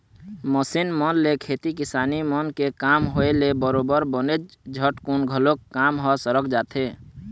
machine मन ले खेती किसानी मन के काम होय ले बरोबर बनेच झटकुन घलोक काम ह सरक जाथे